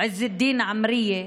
ועז א-דין עמאריה,